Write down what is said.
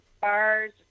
bars